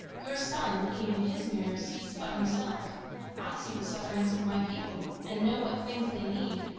your son, looking in his mirror, sees but himself i see the sufferings of my people and know what things they need,